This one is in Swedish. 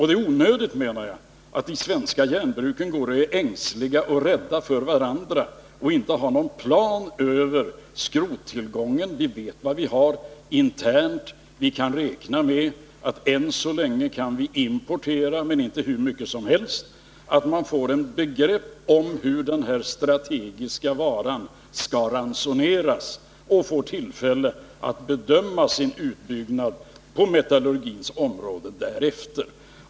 Det är onödigt , menar jag, att de svenska järnbruken är ängsliga och rädda för varandra och inte har någon plan över skrottillgången. Vi vet vad vi har internt. Vi kan räkna med att än så länge kan vi importera, men inte hur mycket som helst. Bruken måste få ett begrepp om hur den här strategiska varan skall ransoneras och få tillfälle att bedöma sin utbyggnad på metallurgins område därefter.